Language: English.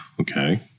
Okay